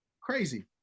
Crazy